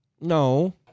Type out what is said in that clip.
no